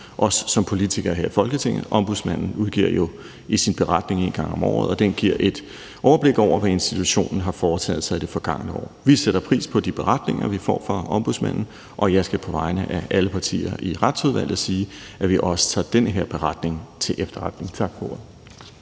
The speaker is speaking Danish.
os som politikere her i Folketinget. Ombudsmanden udgiver jo sin beretning en gang om året, og den giver et overblik over, hvad institutionen har foretaget sig i det forgangne år. Vi sætter pris på de beretninger, vi får fra Ombudsmanden, og jeg skal på vegne af alle partier i Retsudvalget sige, at vi også tager den her beretning til efterretning. Tak for